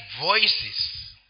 voices